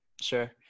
sure